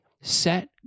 Set